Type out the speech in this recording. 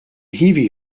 hiwi